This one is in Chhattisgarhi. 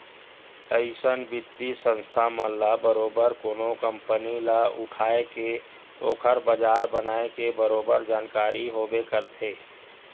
अइसन बित्तीय संस्था मन ल बरोबर कोनो कंपनी ल उठाय के ओखर बजार बनाए के बरोबर जानकारी होबे करथे